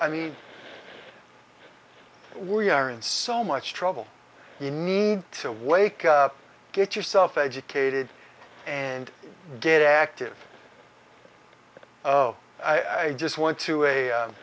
i mean we are in so much trouble you need to wake up get yourself educated and get active i just went to a